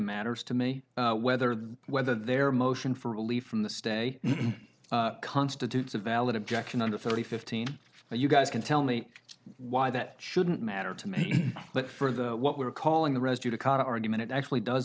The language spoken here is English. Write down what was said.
matters to me whether whether their motion for relief from the stay constitutes a valid objection under thirty fifteen and you guys can tell me why that shouldn't matter to me but for the what we're calling the rescue to con argument it actually does